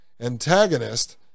antagonist